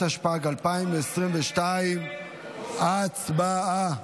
התשפ"ג 2022. הצבעה.